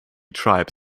tribe